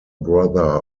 brother